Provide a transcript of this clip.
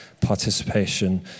participation